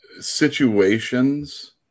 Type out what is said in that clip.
situations